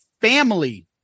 family